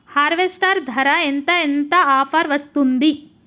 Harvester ధర ఎంత ఎంత ఆఫర్ వస్తుంది?